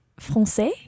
français